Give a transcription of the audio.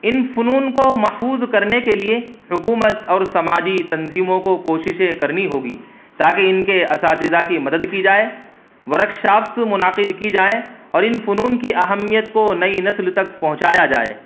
ان فنون کو محفوظ کرنے کے لیے حکومت اور سماجی تنظیموں کو کوششیں کرنی ہوگی تاکہ ان کے اساتذہ کی مدد کی جائے ورک شاپس منعقد کی جائے اور ان فنون کی اہمیت کو نئی نسل تک پہنچایا جائے